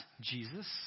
Jesus